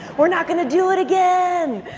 we're not going to do it again